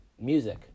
Music